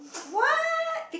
what